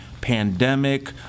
pandemic